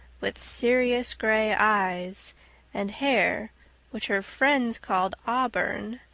with serious gray eyes and hair which her friends called auburn,